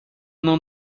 não